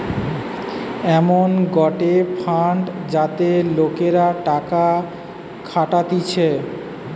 এমন গটে ফান্ড যাতে লোকরা টাকা খাটাতিছে